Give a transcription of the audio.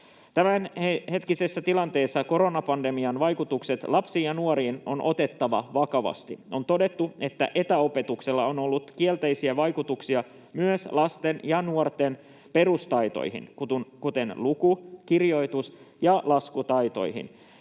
Tämänhetkisessä tilanteessa koronapandemian vaikutukset lapsiin ja nuoriin on otettava vakavasti. On todettu, että etäopetuksella on ollut kielteisiä vaikutuksia myös lasten ja nuorten perustaitoihin, kuten luku-, kirjoitus- ja laskutaitoihin,